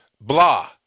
blah